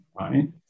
right